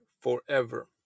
forever